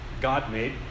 God-made